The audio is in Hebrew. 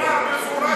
נאמר במפורש שלא יעמדו.